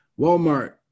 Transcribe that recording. Walmart